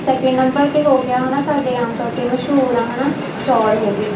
second number 'ਤੇ ਹੋ ਗਿਆ ਹੈ ਨਾ ਸਾਡੇ ਆਮ ਤੌਰ 'ਤੇ ਮਸ਼ਹੂਰ ਆ ਹੈ ਨਾ ਚੌਲ਼ ਹੋ ਗਏ